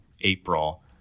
April